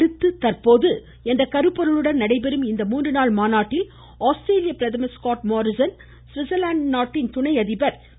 அடுத்து தற்போது என்ற கருப்பொருளுடன் நடைபெறும் இந்த மூன்று நாள் மாநாட்டில் ஆஸ்திரேலிய பிரதமர் ஸ்கார்ட் மோரிசன் ஸ்விட்சர்லாந்து நாட்டின் துணை அதிபர் கய்